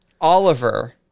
Oliver